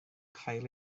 cael